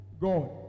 God